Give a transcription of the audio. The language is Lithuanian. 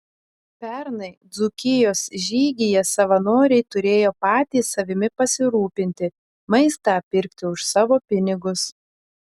pernai dzūkijos žygyje savanoriai turėjo patys savimi pasirūpinti maistą pirkti už savo pinigus